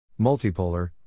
Multipolar